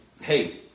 hey